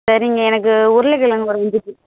சரிங்க எனக்கு உருளகிழங்கு ஒரு அஞ்சு